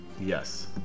Yes